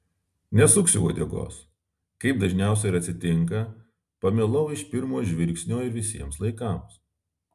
nesuksiu uodegos kaip dažniausiai ir atsitinka pamilau iš pirmo žvilgsnio ir visiems laikams